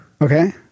Okay